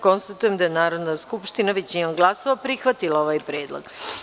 Konstatujem da je Narodna skupština većinom glasova prihvatila ovaj predlog.